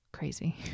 Crazy